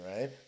right